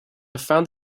found